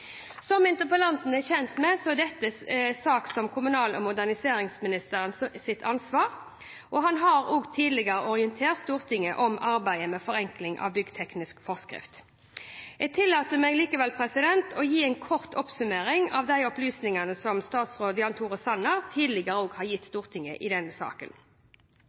Som interpellanten er kjent med, er dette en sak som er kommunal- og moderniseringsministerens ansvar. Han har også tidligere orientert Stortinget om arbeidet med forenkling av byggteknisk forskrift. Jeg tillater meg likevel å gi en kort oppsummering av de opplysningene som statsråd Jan Tore Sanner tidligere har gitt Stortinget i denne saken: